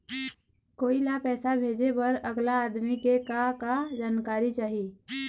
कोई ला पैसा भेजे बर अगला आदमी के का का जानकारी चाही?